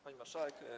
Pani Marszałek!